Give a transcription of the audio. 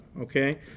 okay